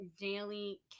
daily